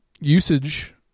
usage